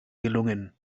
gelungen